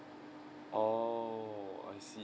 oh I see